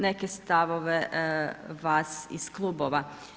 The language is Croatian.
Neke stavove vas iz klubova.